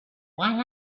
one